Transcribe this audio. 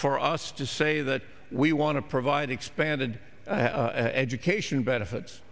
for us to say that we want to provide expanded education benefits